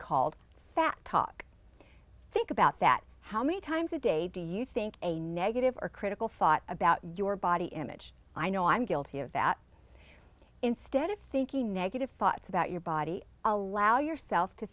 called fat talk think about that how many times a day do you think a negative or critical thought about your body image i know i'm guilty of that instead of thinking negative thoughts about your body allow yourself to